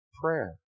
prayer